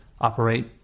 operate